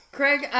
craig